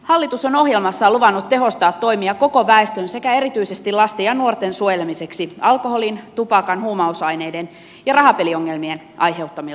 hallitus on ohjelmassaan luvannut tehostaa toimia koko väestön sekä erityisesti lasten ja nuorten suojelemiseksi alkoholin tupakan huumausaineiden ja rahapeliongelmien aiheuttamilta haitoilta